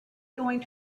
going